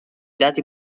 dati